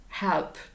Help